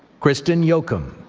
kristin yocum.